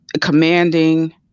commanding